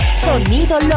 Sonido